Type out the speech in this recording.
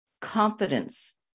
confidence